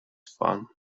fun